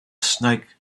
snake